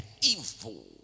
evil